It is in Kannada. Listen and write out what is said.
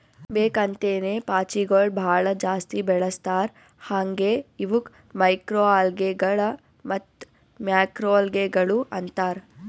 ಬೇಕ್ ಅಂತೇನೆ ಪಾಚಿಗೊಳ್ ಭಾಳ ಜಾಸ್ತಿ ಬೆಳಸ್ತಾರ್ ಹಾಂಗೆ ಇವುಕ್ ಮೈಕ್ರೊಅಲ್ಗೇಗಳ ಮತ್ತ್ ಮ್ಯಾಕ್ರೋಲ್ಗೆಗಳು ಅಂತಾರ್